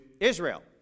Israel